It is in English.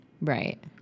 right